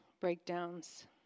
breakdowns